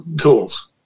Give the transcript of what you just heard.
tools